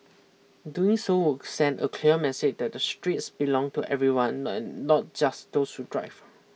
doing so walk send a clear message that the stress belong to everyone and not just those who drive